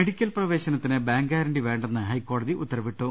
medical പ്രവേശനത്തിന് bank guarantee വേണ്ടെന്ന് ഹൈക്കോടതി ഉത്തരവിട്ടു